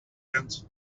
end